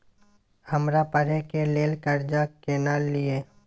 हमरा पढ़े के लेल कर्जा केना लिए?